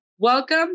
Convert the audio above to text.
Welcome